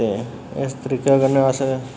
ते इस तरीके कन्नै अस